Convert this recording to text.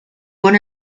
one